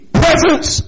presence